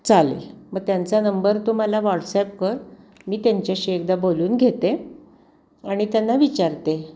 चालेल मग त्यांचा नंबर तू मला व्हॉट्सॲप कर मी त्यांच्याशी एकदा बोलून घेते आणि त्यांना विचारते